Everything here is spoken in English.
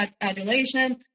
adulation